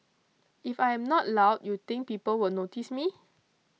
if I am not loud you think people will notice me